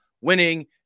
winning